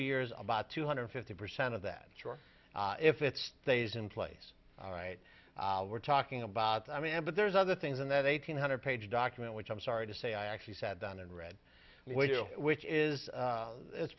years about two hundred fifty percent of that or if it stays in place all right we're talking about i mean but there's other things in that eight hundred page document which i'm sorry to say i actually sat down and read with you which is it's